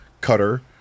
cutter